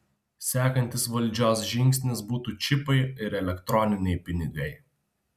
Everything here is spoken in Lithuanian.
sekantis valdžios žingsnis būtų čipai ir elektroniniai pinigai